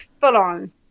full-on